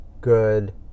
good